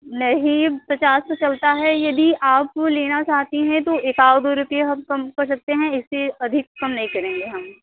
नहीं पचास तो चलता है यदि आपको लेना चाहती हैं तो एक आध दो रुपए हम कम कर सकते हैं इससे अधिक कम नहीं करेंगे हम